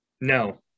no